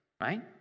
right